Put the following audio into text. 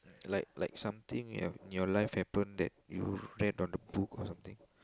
like like something you have in your life happen that you depend on the book or something